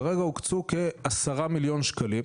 כרגע הוקצו כ-10 מיליון שקלים,